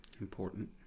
Important